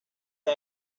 the